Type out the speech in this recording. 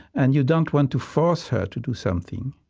and you don't want to force her to do something.